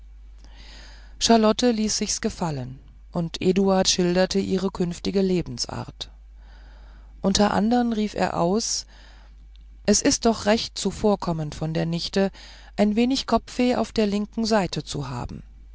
charlotte ließ sichs gefallen und eduard schilderte ihre künftige lebensart unter andern rief er aus es ist doch recht zuvorkommend von der nichte ein wenig kopfweh auf der linken seite zu haben